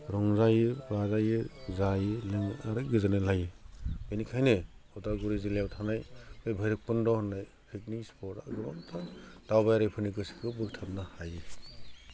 रंजायो बाजायो जायो लोङो आरो गोजोननाय लायो बिनिखायनो उदालगुरि जिल्लायाव थानाय बे भैराबकुन्द' होननाय पिकनिक स्पटाव गोबांथार दावबायारिफोरनि गोसोखौ बोगथाबनो हायो